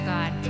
God